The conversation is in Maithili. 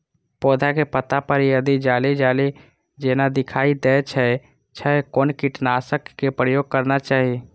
पोधा के पत्ता पर यदि जाली जाली जेना दिखाई दै छै छै कोन कीटनाशक के प्रयोग करना चाही?